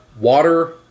water